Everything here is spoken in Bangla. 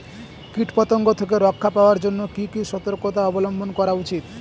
কীটপতঙ্গ থেকে রক্ষা পাওয়ার জন্য কি কি সর্তকতা অবলম্বন করা উচিৎ?